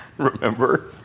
Remember